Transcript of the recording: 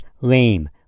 lame